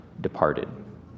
departed